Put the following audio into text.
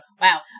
Wow